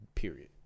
period